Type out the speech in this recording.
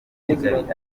kigali